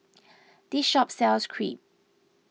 this shop sells Crepe